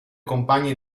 compagni